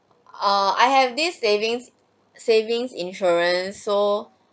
oh I have this savings savings insurance so